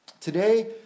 Today